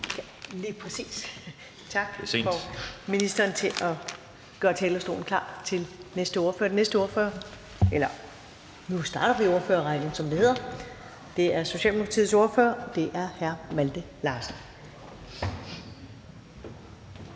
Og tak til ministeren for at gøre talerstolen klar til, at vi starter på ordførerrækken, som det hedder. Det er Socialdemokratiets ordfører, hr. Malte Larsen. Kl.